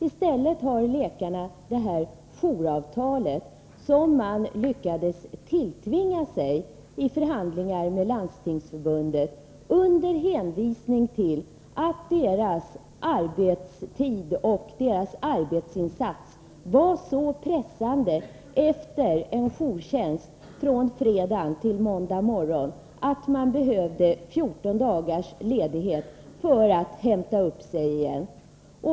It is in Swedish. I stället har läkarna detta jouravtal, som de lyckades tilltvinga sig i förhandlingar med Landstingsförbundet under hänvisning till att läkarnas arbetstid och arbetsinsats var så pressande efter en jourtjänst från fredag till måndagmorgon, att de behövde 14 dagars ledighet för att hämta upp sig igen.